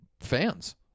fans